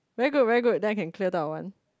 very good very good then I can clear da wan